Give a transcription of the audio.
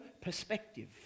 perspective